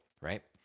right